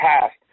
past